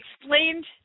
explained